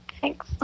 thanks